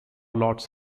lots